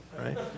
right